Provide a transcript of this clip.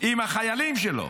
עם החיילים שלו,